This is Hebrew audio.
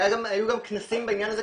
היו גם כנסים בעניין הזה,